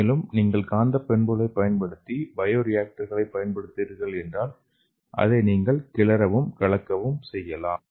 மேலும் நீங்கள் காந்த பண்புகளைப் பயன்படுத்தி பயோ ரியாக்டர் களைப் பயன்படுத்துகிறீர்கள் என்றால் நீங்கள் அதைக் கிளறவும் கலக்கவும் செய்யலாம்